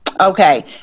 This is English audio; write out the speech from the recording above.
Okay